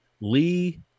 Lee